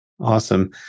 Awesome